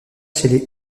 chez